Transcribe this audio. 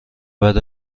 بعد